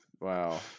wow